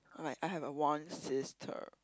alright I have a one sister